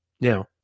Now